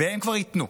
והם כבר ייתנו,